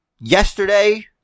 yesterday